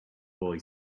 boy